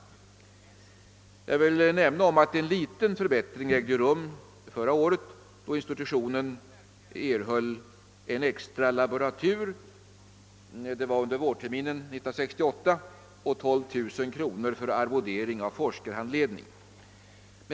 Jag vill nämna att en liten förbättring ägde rum under vårterminen 1968, då institutionen fick en extra laboratur och 12 000 kronor för arvodering av forskarhandledning.